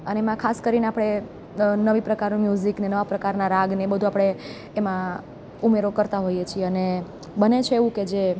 અને એમાં ખાસ કરીને આપણે નવી પ્રકારનું મ્યુઝિક નવા પ્રકારના રાગને એ બધું આપણે એમાં ઉમેરો કરતાં હોઈએ છે અને બને છે એવું કે જે